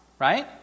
right